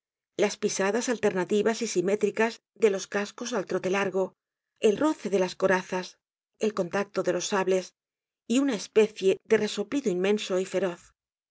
las pisadas alternativas y simétricas de los cascos al trote largo el roce de las corazas el contacto de los sables y una especie de resoplido inmenso y feroz